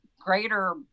greater